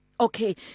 Okay